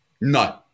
No